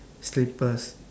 slippers